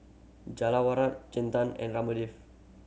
Jawaharlal Chetan and Ramdev